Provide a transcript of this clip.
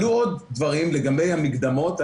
עלו עוד דברים לגבי המקדמות.